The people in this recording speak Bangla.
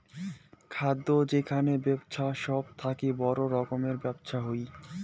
খাদ্য যোখনের বেপছা সব থাকি বড় রকমের ব্যপছা হই